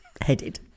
headed